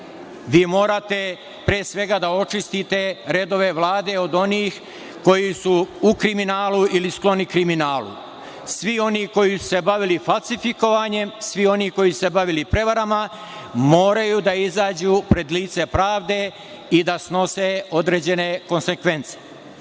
Vi morate pre svega da očistite redove Vlade od onih koji su u kriminalu ili skloni kriminalu. Svi oni koji su se bavili falsifikovanjem, svi oni koji su se bavili prevarama moraju da izađu pred lice pravde i da snose određene konsekvence.